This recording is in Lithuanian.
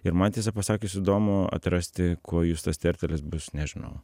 ir man tiesą pasakius įdomu atrasti kuo justas tertelis bus nežinau